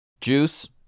Juice